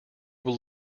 will